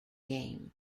game